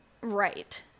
right